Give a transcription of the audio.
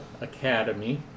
Academy